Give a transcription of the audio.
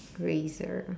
grazer